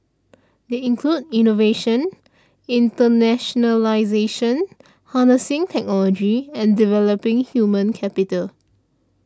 they include innovation internationalisation harnessing technology and developing human capital